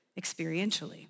experientially